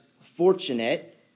fortunate